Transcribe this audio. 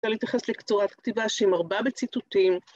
‫אפשר להתייחס לתצורת כתיבה ‫שהיא מרבה בציטוטים.